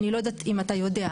אני לא יודעת אם אתה יודע,